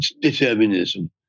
determinism